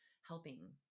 helping